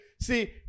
see